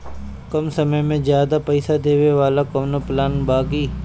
कम समय में ज्यादा पइसा देवे वाला कवनो प्लान बा की?